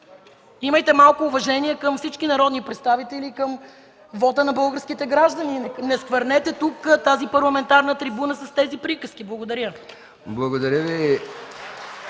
Имайте малко уважение към всички народни представители и към вота на българските граждани. Не сквернете тук парламентарната трибуна с тези приказки. Благодаря. (Ръкопляскания